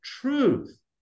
truth